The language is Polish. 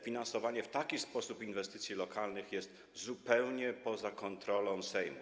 Finansowanie w taki sposób inwestycji lokalnych jest zupełnie poza kontrolą Sejmu.